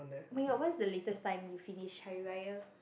oh-my-god what's the latest time you finish Hari-Raya